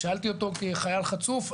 שאלתי אותו כחייל חצוף,